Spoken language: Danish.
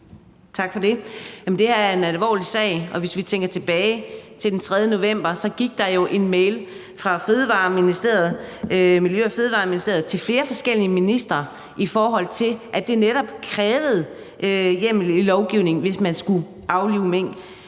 Tak for det. Det her er en alvorlig sag, og hvis vi tænker tilbage til den 3. november, gik der jo en mail fra Miljø- og Fødevareministeriet til flere forskellige ministre i forhold til, at det netop krævede hjemmel i lovgivningen, hvis man skulle aflive mink.